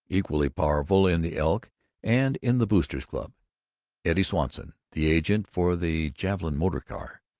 equally powerful in the elks and in the boosters' club eddie swanson the agent for the javelin motor car,